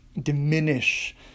diminish